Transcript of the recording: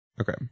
Okay